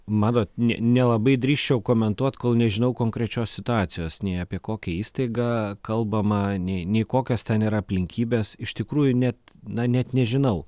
matot ne nelabai drįsčiau komentuot kol nežinau konkrečios situacijos nei apie kokią įstaigą kalbama nei nei kokios ten yra aplinkybės iš tikrųjų net na net nežinau